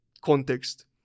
context